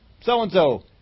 so-and-so